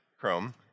Chrome